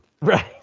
Right